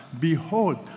behold